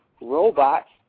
robots